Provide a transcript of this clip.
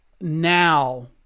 now